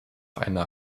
einer